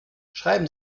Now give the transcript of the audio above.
schreiben